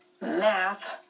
Math